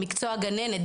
מקצוע הגננת.